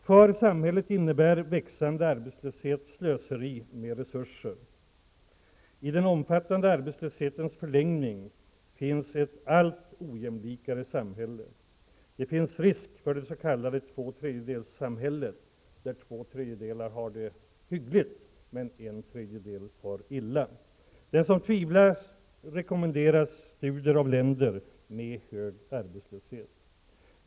För samhället innebär växande arbetslöshet slöseri med resurser. I den omfattande arbetslöshetens förlängning finns ett allt ojämlikare samhälle. Det finns risk för det s.k. tvåtredjedelssamhället, där två tredjedelar har det hyggligt men en tredjedel far illa. Den som tvivlar rekommenderas studier av länder med hög arbetslöshet.